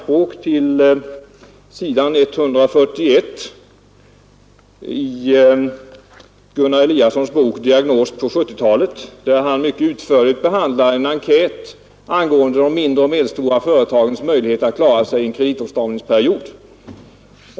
På s. 145 i Gunnar Eliassons bok ”Diagnos på 70-talet” behandlas mycket utförligt en enkät angående de mindre och medelstora företagens möjligheter att klara sig i en kreditåtstramningsperiod.